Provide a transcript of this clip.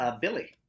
Billy